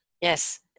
Yes